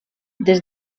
des